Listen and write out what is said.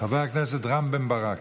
חבר הכנסת רם בן ברק.